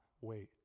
wait